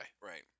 Right